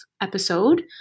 episode